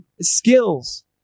skills